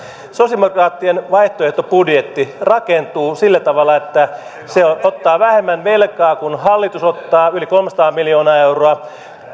sosialidemok raattien vaihtoehtobudjetti rakentuu sillä tavalla että se ottaa vähemmän velkaa kuin hallitus ottaa yli kolmesataa miljoonaa euroa